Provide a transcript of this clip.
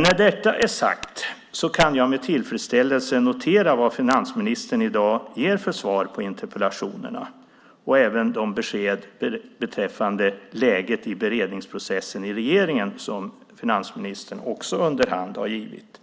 När detta väl sagts kan jag med tillfredsställelse notera vad finansministern i dag ger för svar på interpellationerna. Det gäller även beskeden beträffande läget i beredningsprocessen i regeringen, som finansministern också underhand har givit,